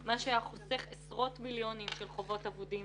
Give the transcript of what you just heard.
מה שהיה חוסך עשרות מיליונים של חובות אבודים